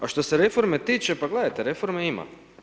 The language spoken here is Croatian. A što se reforme tiče, pa gledajte, reforme ima.